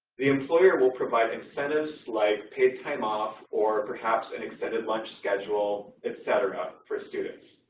the employer will provide incentives, like paid time off, or perhaps an extended lunch schedule, et cetera, for students.